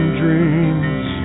dreams